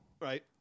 Right